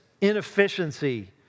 inefficiency